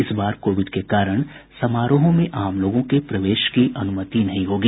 इस बार कोविड के कारण समारोहों में आम लोगों के प्रवेश की अनुमति नहीं होगी